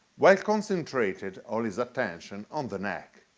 while concentrated all his attention on the neck.